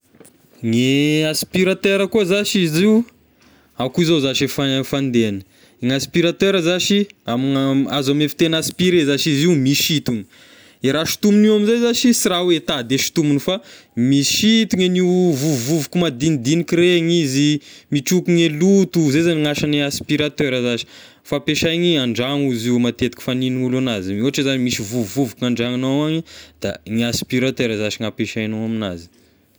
Gne aspiratera koa zashy izy io, akoa io zashy efa fa- fandehan'ny aspiratera zashy da ame gny azo avy ame fitegny aspirer zashy izy io misintogna, e raha sontomign'io ame zay zashy, sy raha hoe ta de sontomigny fa misintogna an'io vovovoka madinidika regny izy, mitroky gne loto izay zagny ny asan'ny aspiratera zashy, fampiasaigny an-dragno izy io matetika fanin'olo anazy, ohatra zagny misy vovovoka an-dragnonao any da ny aspiratera zashy ny ampiasaignao aminazy.